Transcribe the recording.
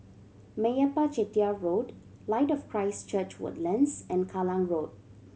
Meyappa Chettiar Road Light of Christ Church Woodlands and Kallang Road